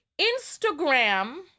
Instagram